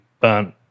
burn